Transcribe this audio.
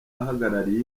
ahagarariye